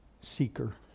seeker